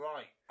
Right